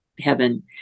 heaven